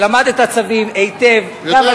שלמד את הצווים היטב, הוא יודע.